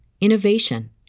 innovation